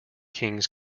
kings